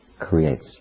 Creates